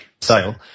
sale